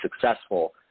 successful